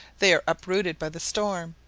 they are uprooted by the storm,